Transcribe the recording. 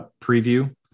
preview